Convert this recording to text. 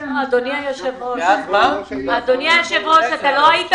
אדוני היושב ראש, אתה לא היית